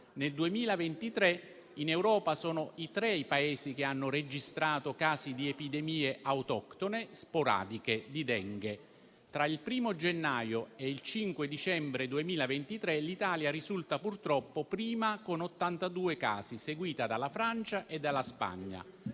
Nel 2023 in Europa sono tre i Paesi che hanno registrato casi di epidemie autoctone sporadiche di Dengue. Tra il 1° gennaio e il 5 dicembre 2023 l'Italia risulta purtroppo prima con 82 casi, seguita dalla Francia e dalla Spagna.